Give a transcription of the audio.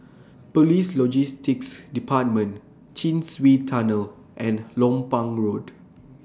Police Logistics department Chin Swee Tunnel and Lompang Road